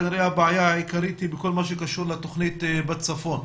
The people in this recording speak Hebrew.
כנראה שהבעיה העיקרית היא בכל מה שקשור לתוכנית בצפון.